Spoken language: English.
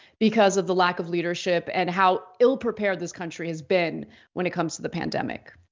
because of the lack of leadership and how ill prepared this country has been when it comes to the pandemic.